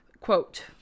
quote